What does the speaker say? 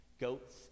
Goats